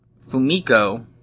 Fumiko